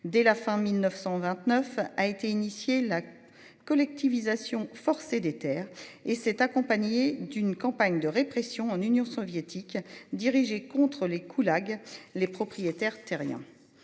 dès la fin 1929 a été initié la. Collectivisation forcée des Terres et s'est accompagnée d'une campagne de répression en Union soviétique dirigée contre les coups La Hague les propriétaires terriens.